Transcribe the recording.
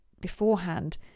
beforehand